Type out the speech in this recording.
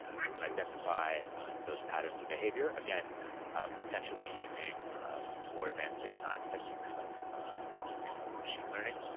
if you can identify those patterns of behavior, again potentially using more advanced data science techniques like like machine learning,